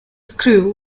screw